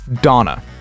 Donna